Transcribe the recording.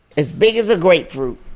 as big as a grapefruit.